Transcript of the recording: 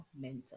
mental